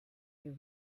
you